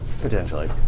Potentially